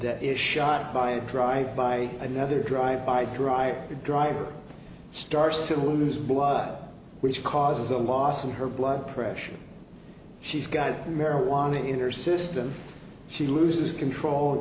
and is shot by a drive by another drive by drive the driver starts to lose blood which causes the loss of her blood pressure she's got marijuana in her system she loses control